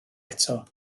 eto